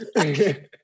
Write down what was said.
Okay